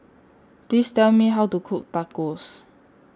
Please Tell Me How to Cook Tacos